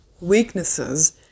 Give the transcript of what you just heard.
Weaknesses